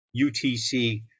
UTC